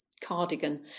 cardigan